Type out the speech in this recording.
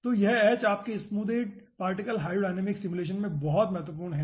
तो यह h आपके स्मूदेड पार्टिकल हाइड्रोडायनामिक्स सिमुलेशन में बहुत महत्वपूर्ण है